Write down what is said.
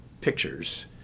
pictures